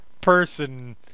person